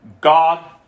God